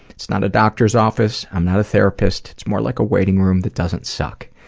it's not a doctor's office. i'm not a therapist. it's more like a waiting room that doesn't suck.